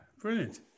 brilliant